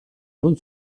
non